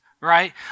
right